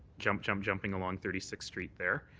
jump, jump, jumping along thirty sixth street there.